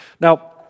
Now